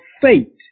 fate